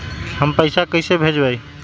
हम पैसा कईसे भेजबई?